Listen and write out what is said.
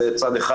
זה צד אחד,